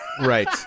right